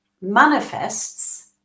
manifests